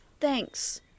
Thanks